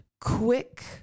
quick